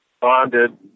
bonded